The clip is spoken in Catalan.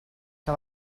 que